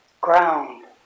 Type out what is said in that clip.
ground